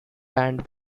band